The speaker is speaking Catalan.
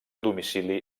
domicili